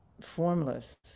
formless